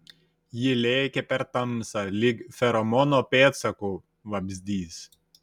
ji lėkė per tamsą lyg feromono pėdsaku vabzdys